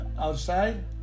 outside